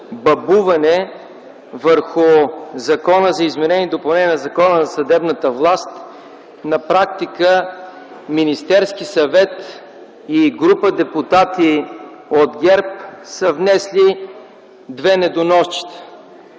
бабуване върху Закона за изменение и допълнение на Закона за съдебната власт на практика Министерският съвет и група депутати от ГЕРБ са внесли две недоносчета,